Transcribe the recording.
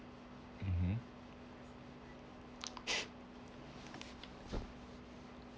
mmhmm